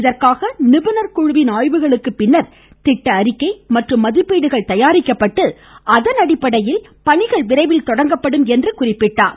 இதற்காக நிபுணர் குழுவின் ஆய்வுகளுக்கு பின்னர் திட்ட அறிக்கை மற்றும் மதிப்பீடுகள் தயாரிக்கப்பட்டு அதன் அடிப்படையில் பணிகள் விரைவில் தொடங்கப்படும் என்றார்